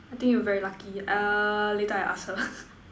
I think you very lucky err later I ask her